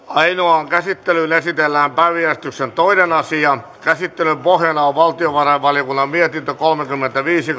ainoaan käsittelyyn esitellään päiväjärjestyksen toinen asia käsittelyn pohjana on valtiovarainvaliokunnan mietintö kolmekymmentäviisi